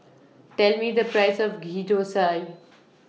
Tell Me The Price of Ghee Thosai